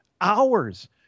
hours